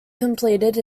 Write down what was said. completed